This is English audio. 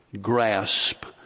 grasp